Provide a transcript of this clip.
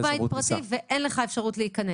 כתוב בית פרטי ואין לך אפשרות להיכנס.